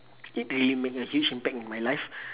it really make a huge impact in my life